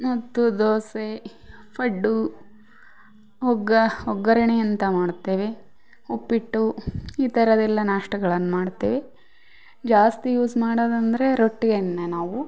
ಮತ್ತು ದೋಸೆ ಪಡ್ದು ಒಗ್ಗರಣೆ ಅಂತ ಮಾಡ್ತೇವೆ ಉಪ್ಪಿಟ್ಟು ಈ ಥರದ್ದೆಲ್ಲ ನಾಷ್ಟಾಗಳನ್ನ ಮಾಡ್ತೇವೆ ಜಾಸ್ತಿ ಯೂಸ್ ಮಾಡೋದಂದರೆ ರೊಟ್ಟಿಯನ್ನೇ ನಾವು